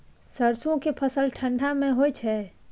सरसो के फसल ठंडा मे होय छै?